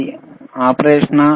ఇది ఆపరేషన్నా